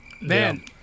Man